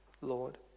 Lord